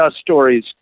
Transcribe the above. stories